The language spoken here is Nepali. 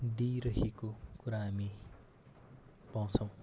दिइरहेको कुरा हामी पाउँछौँ